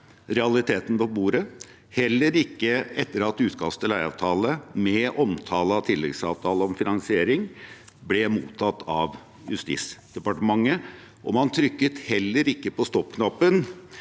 realitetene på bordet, heller ikke etter at utkastet til leieavtale med omtale av tilleggsavtalen om finansiering ble mottatt av Justisdepartementet. Man trykket heller ikke på stoppknappen